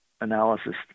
analysis